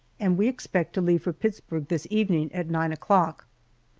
and we expect to leave for pittsburg this evening at nine o'clock.